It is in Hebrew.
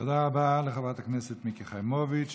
תודה רבה לחברת הכנסת מיקי חיימוביץ.